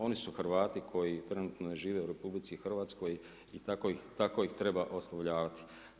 Oni su Hrvatski koji trenutno žive u RH i tako ih treba oslovljavati.